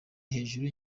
hejuru